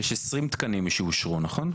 יש 20 תקנים שאושרו, נכון?